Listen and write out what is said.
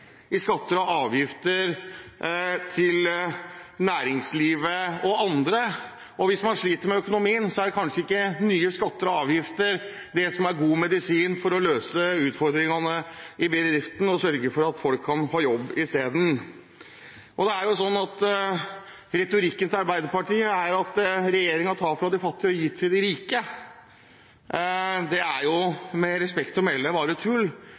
i skatter og avgifter til næringslivet og andre. Hvis man sliter med økonomien, er kanskje ikke nye skatter og avgifter det som er god medisin for å løse utfordringene i bedriftene og sørge for at folk kan ha jobb isteden. Retorikken til Arbeiderpartiet er at regjeringen tar fra de fattige og gir til de rike. Det er – med respekt å melde – bare tull.